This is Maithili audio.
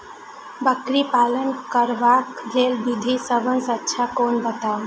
बकरी पालन करबाक लेल विधि सबसँ अच्छा कोन बताउ?